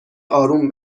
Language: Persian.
اروم